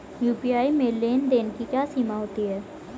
UPI में लेन देन की क्या सीमा होती है?